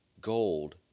gold